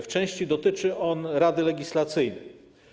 W części dotyczy on Rady Legislacyjnej.